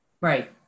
Right